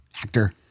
actor